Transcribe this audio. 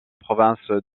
province